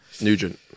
Nugent